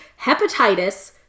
hepatitis